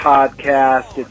Podcast